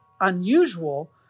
unusual